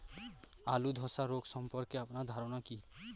আলু ধ্বসা রোগ সম্পর্কে আপনার ধারনা কী?